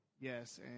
yes